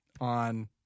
on